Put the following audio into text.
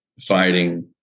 fighting